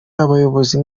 abayobozi